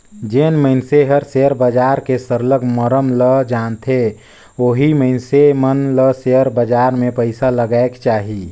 जेन मइनसे हर सेयर बजार के सरलग मरम ल जानथे ओही मइनसे मन ल सेयर बजार में पइसा लगाएक चाही